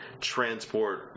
transport